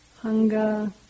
hunger